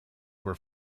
were